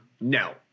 no